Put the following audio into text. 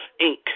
Inc